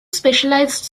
specialized